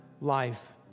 life